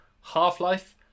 Half-Life